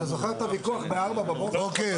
כשאתה זוכר את הוויכוח בארבע בבוקר --- כן,